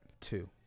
Two